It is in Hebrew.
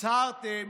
הצהרתם